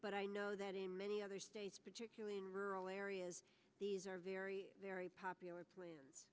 but i know that in many other states particularly in rural areas these are very very popular